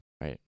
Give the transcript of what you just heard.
Right